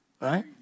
right